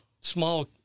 small